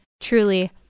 truly